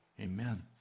Amen